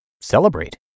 celebrate